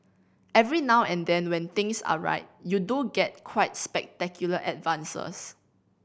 every now and then when things are right you do get quite spectacular advances